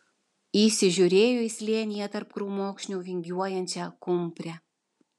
įsižiūrėjo į slėnyje tarp krūmokšnių vingiuojančią kumprę